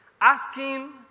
Asking